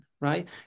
right